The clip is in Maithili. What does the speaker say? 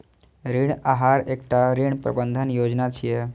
ऋण आहार एकटा ऋण प्रबंधन योजना छियै